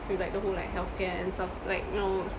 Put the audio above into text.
with like the whole like healthcare and stuff like you know